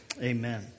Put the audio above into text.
amen